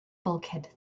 bulkhead